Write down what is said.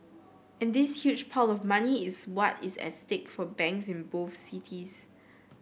and this huge pile of money is what is at stake for banks in both cities